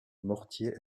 mortier